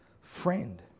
friend